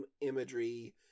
imagery